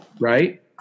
Right